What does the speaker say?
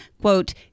quote